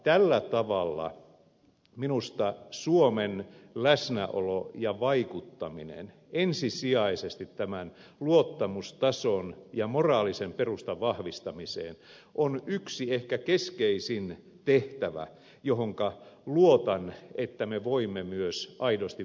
tällä tavalla minusta suomen läsnäolo ja vaikuttaminen ensisijaisesti tämän luottamustason ja moraalisen perustan vahvistamiseen on yksi ehkä keskeisin tehtävä johonka luotan että me voimme myös aidosti vaikuttaa